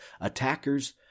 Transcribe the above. attackers